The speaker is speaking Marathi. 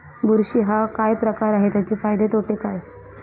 बुरशी हा काय प्रकार आहे, त्याचे फायदे तोटे काय?